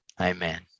Amen